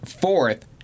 fourth